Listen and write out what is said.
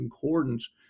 concordance